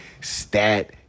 stat